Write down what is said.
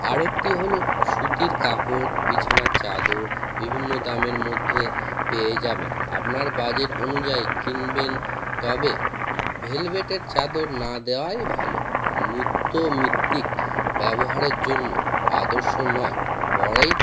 আরেকটি হলো সুতির কাপড় বিছানার চাদর বিভিন্ন দামের মধ্যে পেয়ে যাবেন আপনার বাজেট অনুযায়ী কিনবেন তবে ভেলভেটের চাদর না দেওয়াই ভালো নিত্য মিত্তিক ব্যবহারের জন্য আদর্শ নয় পড়েই